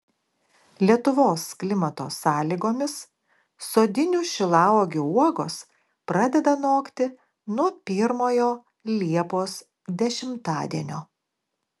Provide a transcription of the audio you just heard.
lietuvos klimato sąlygomis sodinių šilauogių uogos pradeda nokti nuo pirmojo liepos dešimtadienio